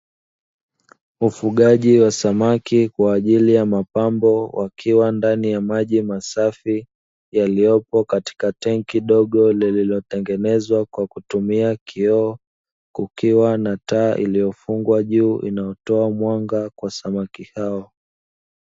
Ufugaji wa samaki kwa ajili ya mapambo wakiwa ndani ya maji masafi yaliyopo katika tenki dogo lililotengenezwa kwa kutumia kioo kukiwa na taa iliyofungwa juu inayotoa mwanga kwa samaki hao.